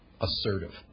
assertive